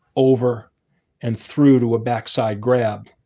over and through to a backside grab.